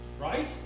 Right